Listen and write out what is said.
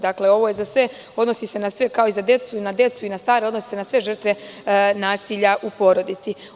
Dakle, ovo se odnosi na sve, kao i na decu i na stare, odnosi se na sve žrtve nasilja u porodici.